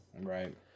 right